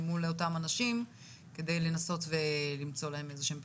ומול אותם אנשים כדי לנסות ולמצוא להם איזשהם פתרונות.